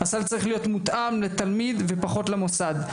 הסל צריך להיות מותאם לתלמיד ופחות למוסד.